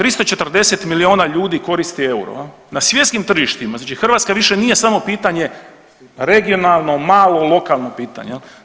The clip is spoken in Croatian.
340 milijuna ljudi koristi euro, na svjetskim tržištima, znači Hrvatska više nije samo pitanje regionalno, malo, lokalno pitanje jel.